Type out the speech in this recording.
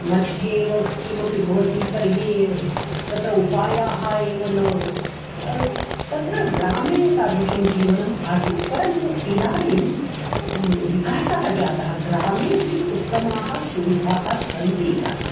मध्येव किमपि भवति तर्हि तत्र उपायाः एव न तत्र ग्रामे तादृशं जीवनम् आसीत् परन्तु इदानीं विकासः जातः ग्रामे अपि उत्तमाः सुविधाः सन्ति इदानीम्